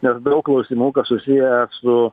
nes daug klausimų kas susiję su